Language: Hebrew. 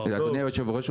אדוני היושב-ראש,